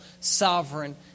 sovereign